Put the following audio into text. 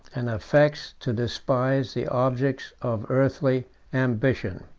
and affects to despise, the objects of earthly ambition.